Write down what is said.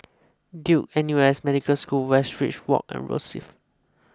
Duke N U S Medical School Westridge Walk and Rosyth